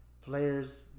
Players